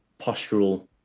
postural